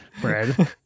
Bread